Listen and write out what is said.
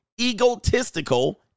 egotistical